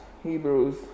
Hebrews